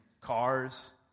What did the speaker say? Cars